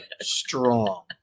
strong